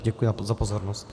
Děkuji za pozornost.